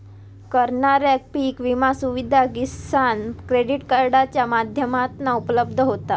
करणाऱ्याक पीक विमा सुविधा किसान क्रेडीट कार्डाच्या माध्यमातना उपलब्ध होता